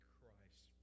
Christ